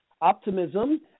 optimism